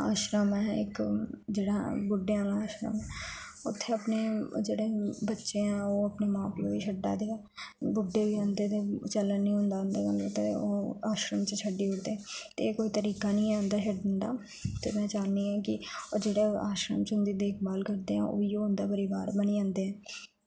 आश्रम हा इक जेह्ड़ा बुड्ढे आह्ला आश्रम उत्थै अपने जेह्ड़े बच्चे ऐ ओह् अपने मां प्यो गी छड्डा दे बुड्ढे होई जंदे ते चलन निं होंदा उंदे कोला ते उनेंई आश्रम च छड्डी जंदे ते एह् कोई तरीका निं ऐ उंदा छोड़ने दा ते में चाहंनी आं कि ओह् जेह्ड़े आश्रम च उंदी देखभाल करदे उयै उंदा परिवार बनी जंदे